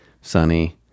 sunny